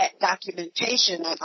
documentation